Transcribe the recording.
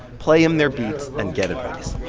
play him their beats and get advice.